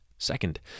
Second